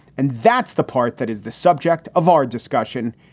and that's the part that is the subject of our discussion.